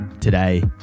Today